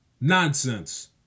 Nonsense